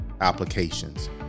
applications